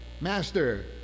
Master